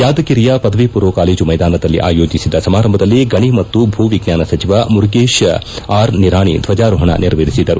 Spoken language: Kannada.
ಯಾದಗಿರಿಯ ಪದವಿ ಪೂರ್ವ ಕಾಲೇಜು ಮೈದಾನದಲ್ಲಿ ಆಯೋಜಿಸಿದ್ದ ಸಮಾರಂಭದಲ್ಲಿ ಗಣಿ ಮತ್ತು ಭೂವಿಚ್ವಾನ ಸಚಿವ ಮುರುಗೇತ್ ಆರ್ ನಿರಾಣಿ ಧ್ವಜಾರೋಹಣ ನೆರವೇರಿಸಿದರು